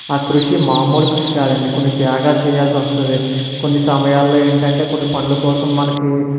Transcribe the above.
ఆ కృషి మామూలు కృషి కాదండి కొన్ని త్యాగాలు చెయ్యాల్సి వస్తుంది కొన్ని సమయాల్లో ఏంటంటే కొన్ని పనులు కోసం మనకు